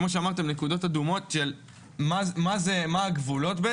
נקודות אדומות של מה הגבולות,